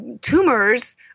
Tumors